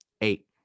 eight